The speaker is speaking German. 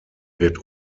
wird